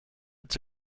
its